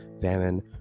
famine